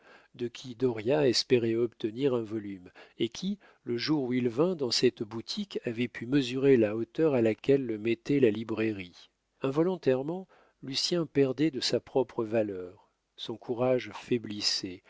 de qui dauriat espérait obtenir un volume et qui le jour où il vint dans cette boutique avait pu mesurer la hauteur à laquelle le mettait la librairie involontairement lucien perdait de sa propre valeur son courage faiblissait